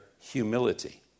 humility